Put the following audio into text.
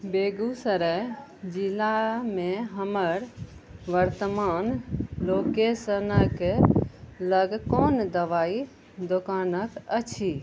बेगुसराय जिलामे हमर वर्तमान लोकेशनक लग कोन दबाइ दोकानक अछि